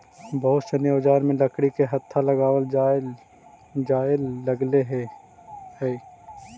बहुत सनी औजार में लकड़ी के हत्था लगावल जानए लगले हई